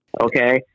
okay